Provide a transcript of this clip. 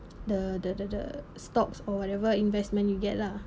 the the the the stocks or whatever investment you get lah